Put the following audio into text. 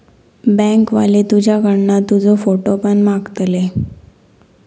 bank वाले तुझ्याकडना तुजो फोटो पण मागतले